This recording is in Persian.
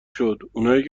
شد، اونایی